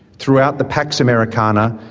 throughout the pax americana,